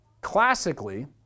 Classically